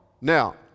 Now